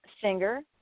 singer